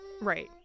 Right